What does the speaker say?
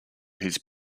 his